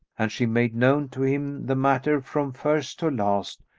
and she made known to him the matter, from first to last,